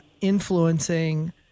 influencing